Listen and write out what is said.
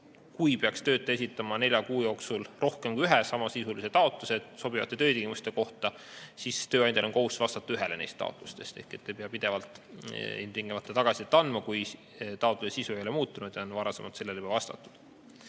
Kui peaks töötaja esitama nelja kuu jooksul rohkem kui ühe samasisulise taotluse sobivate töötingimuste kohta, siis tööandjal on kohustus vastata ühele neist taotlustest. Ei pea pidevalt ilmtingimata tagasisidet andma, kui taotluse sisu ei ole muutunud ja on varasemalt sellele juba vastatud.